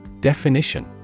Definition